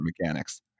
mechanics